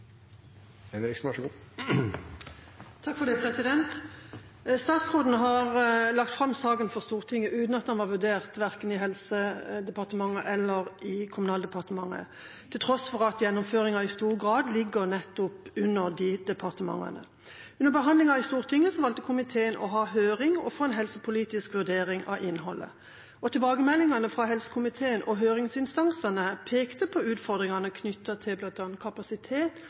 Stortinget uten at den har vært vurdert verken i Helse- og omsorgsdepartementet eller i Kommunal- og moderniseringsdepartementet, til tross for at gjennomføringa i stor grad ligger nettopp under de departementene. Under behandlinga i Stortinget valgte komiteen å ha høring og få en helsepolitisk vurdering av innholdet, og tilbakemeldingene fra helsekomiteen og høringsinstansene pekte på utfordringene knyttet til bl.a. kapasitet,